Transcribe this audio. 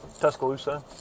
Tuscaloosa